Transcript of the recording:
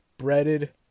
Breaded